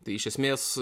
tai iš esmės